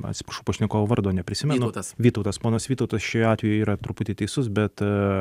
atsiprašau pašnekovo vardo neprisimenu vytautas ponas vytautas šiuo atveju yra truputį teisus bet